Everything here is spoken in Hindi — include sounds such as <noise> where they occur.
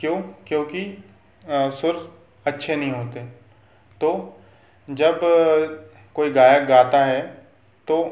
क्यों क्योंकि <unintelligible> सुर अच्छे नहीं होते तो जब <unintelligible> कोई गायक गाता है तो